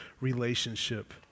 relationship